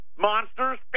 Monsters